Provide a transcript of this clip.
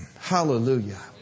Hallelujah